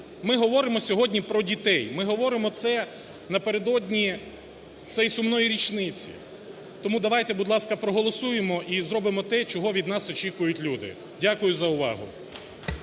ми говоримо сьогодні про дітей. Ми говоримо це напередодні цієї сумної річниці. Тому давайте, будь ласка, проголосуємо і зробимо те, чого від нас очікують люди. Дякую за увагу.